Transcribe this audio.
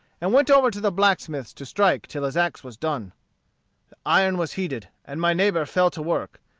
and went over to the blacksmith's to strike till his axe was done. the iron was heated, and my neighbor fell to work,